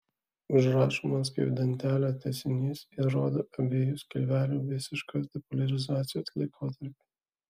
užrašomas kaip dantelio tęsinys ir rodo abiejų skilvelių visiškos depoliarizacijos laikotarpį